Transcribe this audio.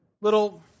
little